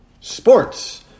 Sports